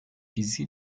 bizi